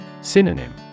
Synonym